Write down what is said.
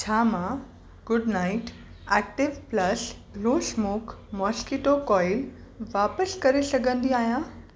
छा मां Good Knight active plus low smoke mosquito coil वापसि करे सघंदी आहियां